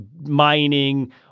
mining